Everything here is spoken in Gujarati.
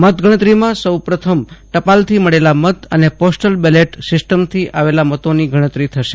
મતગણતરીમાં સૌપ્રથમ ટપાલથી મળેલા મત અને પોસ્ટલ બેલેટ સિસ્ટમથી આવેલ મતોની ગણતરી થશે